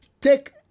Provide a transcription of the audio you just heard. take